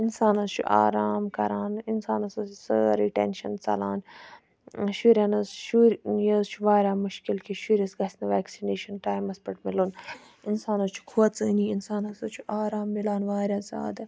اِنسان حظ چھُ آرام کران اِنسانَس حظ چھِ سٲرے ٹیٚنشَن ژَلان شُرٮ۪ن حظ شُرۍ یہِ حظ چھُ واریاہ مُشکِل کہِ شُرِس گَژھنہٕ ویٚکسِنیشَن ٹایمَس پیٚٹھ مِلُن اِنسان حظ چھُ کھوژٲنی اِنسانَس حظ چھُ آرام مِلان واریاہ زیادٕ